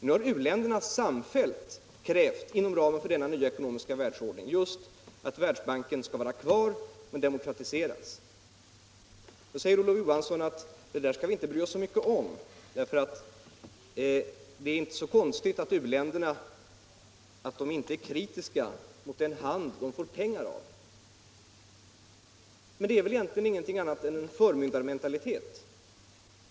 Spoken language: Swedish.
Nu har u-länderna samfällt, inom ramen för den nya ekonomiska världsordningen, krävt att Värdsbanken skall vara kvar, men demokratiseras. Då säger herr Olof Johansson: Det där skall vi inte bry oss så mycket om för det är inte så konstigt att u-länderna inte är kritiska mot den hand de får pengar av. Men det är väl egentligen ingenting annat än en förmyndarmentalitet.